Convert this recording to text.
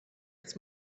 its